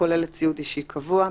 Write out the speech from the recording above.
הכוללת ציוד אישי קבוע,